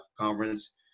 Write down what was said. conference